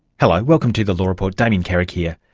hello, welcome to the law report, damien carrick here.